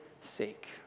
sake